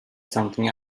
something